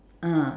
ah